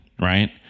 Right